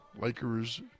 Lakers